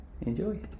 enjoy